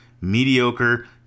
mediocre